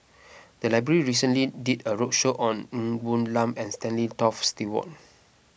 the library recently did a roadshow on Ng Woon Lam and Stanley Toft Stewart